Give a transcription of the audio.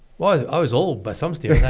well i i was old by some students i